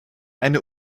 eine